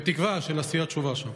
בתקווה של עשיית תשובה שם.